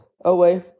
away